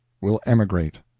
will emigrate.